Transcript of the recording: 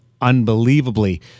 unbelievably